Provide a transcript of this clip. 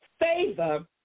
favor